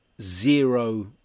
zero